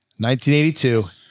1982